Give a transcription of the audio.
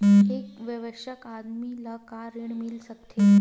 एक वयस्क आदमी ला का ऋण मिल सकथे?